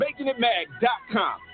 makingitmag.com